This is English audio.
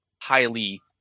highly